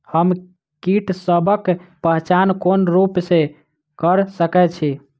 हम कीटसबक पहचान कोन रूप सँ क सके छी?